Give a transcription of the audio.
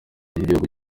h’igihugu